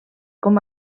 com